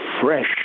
fresh